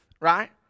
right